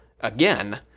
again